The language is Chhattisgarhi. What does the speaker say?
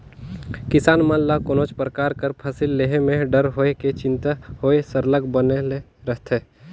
किसान मन ल कोनोच परकार कर फसिल लेहे में डर होए कि चिंता होए सरलग बनले रहथे